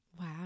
wow